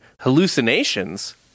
hallucinations